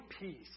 peace